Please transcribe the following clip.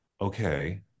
okay